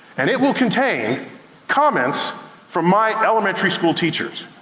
and it will contain comments from my elementary school teachers,